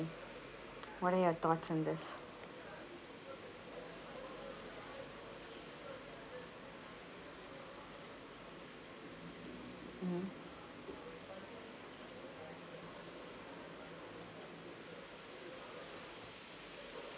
what are your thoughts on this mmhmm